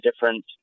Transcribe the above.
different